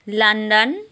London